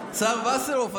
השר וסרלאוף,